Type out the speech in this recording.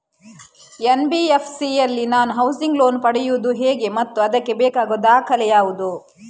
NBFC ಯಲ್ಲಿ ನಾನು housing loan ಪಡೆಯುದು ಹೇಗೆ ಮತ್ತು ಅದಕ್ಕೆ ಬೇಕಾಗುವ ದಾಖಲೆ ಯಾವುದು?